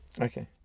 okay